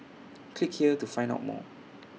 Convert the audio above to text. click here to find out more